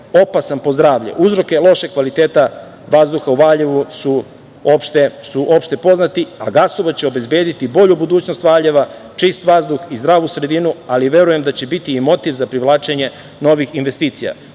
opasan po zdravlje. Uzroci lošeg kvaliteta vazduha u Valjevu su opšte poznati, a gasovod će obezbediti bolju budućnost Valjeva, čist vazduh i zdravu sredinu, ali verujem da će biti i motiv za privlačenje novih investicija. Podsetiću